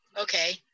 okay